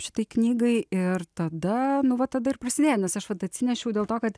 šitai knygai ir tada nu va tada ir prasidėjo nes aš vat atsinešiau dėl to kad